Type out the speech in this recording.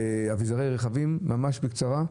מנכ"ל חברה לאביזרי רכבים, ממש בקצרה.